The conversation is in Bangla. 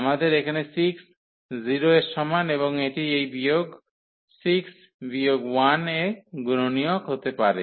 আমাদের এখানে 6 0 এর সমান এবং এটি এই বিয়োগ 6 বিয়োগ 1 এ গুণনীয়ক হতে পারে